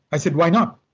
i said, why not?